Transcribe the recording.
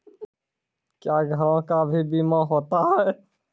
क्या घरों का भी बीमा होता हैं?